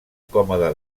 còmode